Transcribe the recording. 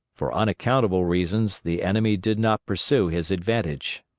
for unaccountable reasons the enemy did not pursue his advantage.